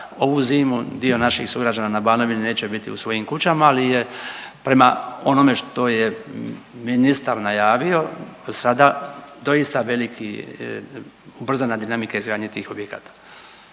ovu zimu dio naših sugrađana na Banovini neće biti u svojim kućama, ali je prema onome što je ministar najavio sada doista veliki ubrzana dinamika izgradnje tih objekata.